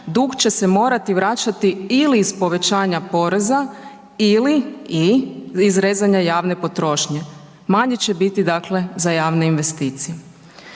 dug će se morati vraćati ili iz povećanja poreza ili/i iz rezanja javne potrošnje, manje će biti, dakle za javne investicije.